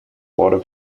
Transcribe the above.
water